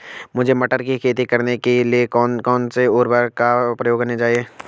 मुझे मटर की खेती करने के लिए कौन कौन से उर्वरक का प्रयोग करने चाहिए?